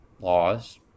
laws